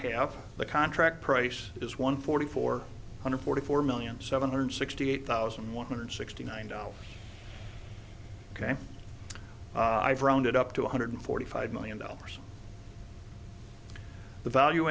half the contract price is one forty four hundred forty four million seven hundred sixty eight thousand one hundred sixty nine dollars ok i've rounded up to one hundred forty five million dollars the value